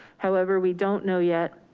however, we don't know yet